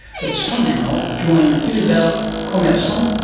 but somehow joined philibert commerson,